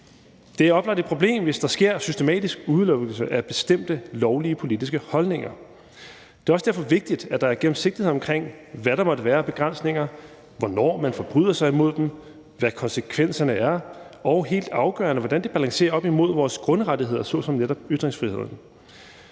Det er oplagt et problem, hvis der sker systematisk udelukkelse af bestemte lovlige politiske holdninger. Det er derfor også vigtigt, at der er gennemsigtighed omkring, hvad der måtte være af begrænsninger, hvornår man forbryder sig imod dem, hvad konsekvenserne er, og helt afgørende hvordan det balancerer op imod vores grundrettigheder såsom netop ytringsfriheden.